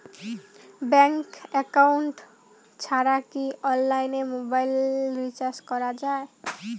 Bank account ছাড়া কি অনলাইনে মোবাইল রিচার্জ করা যায়?